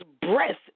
breath